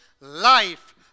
life